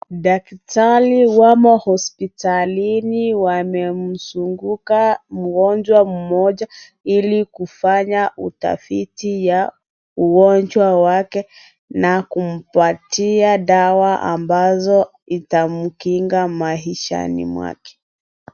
Daktari wamo hospitalini wamemsunguka mgonjwa mmoja ili kufanya utafiti ya ugonjwa wake na kumpatia dawa ambazo itamkinga maishani mwake.